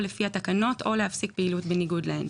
לפי התקנות או להפסיק פעילות בניגוד להן.